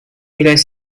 являемся